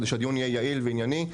כדי שהדיון יהיה יעיל וענייני.